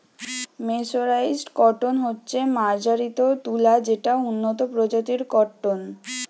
mercerised cotton হচ্ছে মার্জারিত তুলো যেটা উন্নত প্রজাতির কট্টন